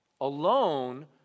alone